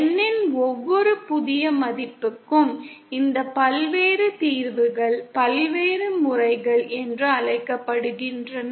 N இன் ஒவ்வொரு புதிய மதிப்புக்கும் இந்த பல்வேறு தீர்வுகள் பல்வேறு முறைகள் என்று அழைக்கப்படுகின்றன